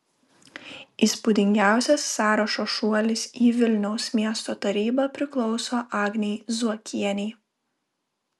įspūdingiausias sąrašo šuolis į vilniaus miesto tarybą priklauso agnei zuokienei